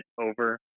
over